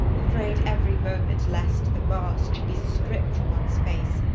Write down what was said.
afraid every moment lest the mask should be stripped from one's face,